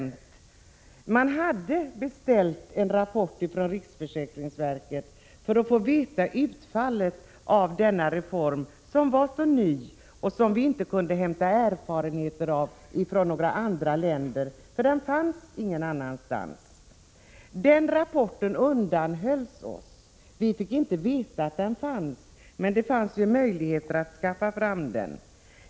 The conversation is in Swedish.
Riksförsäkringsverket hade beställt en rapport för att få veta utfallet av denna reform, som var så ny och som vi inte kunde hämta erfarenheter av från andra länder. Den fanns nämligen ingen annanstans. Den rapporten undanhölls oss. Vi fick inte veta att den fanns, men det fanns möjligheter att skaffa fram den.